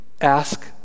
Ask